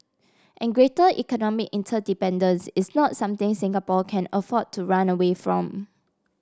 and greater economic interdependence is not something Singapore can afford to run away from